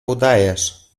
udajesz